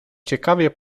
ciekawie